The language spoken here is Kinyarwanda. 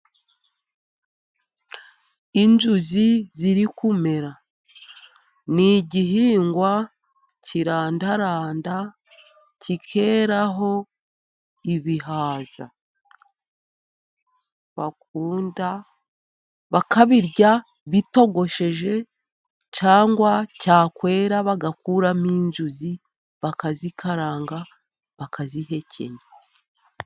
Inzuzi ziri kumera ni igihingwa kirandaranda kikeraho ibihaza bakunda bakabirya bitogosheje, cyangwa cyakwera bagakuramo inzuzi bakazikaranga bakazihekenya.